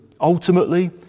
ultimately